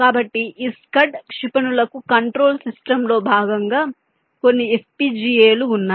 కాబట్టి ఈ స్కడ్ క్షిపణులకు కంట్రోల్ సిస్టమ్ లో భాగంగా కొన్ని FPGA లు ఉన్నాయి